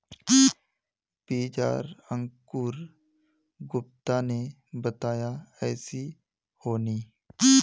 बीज आर अंकूर गुप्ता ने बताया ऐसी होनी?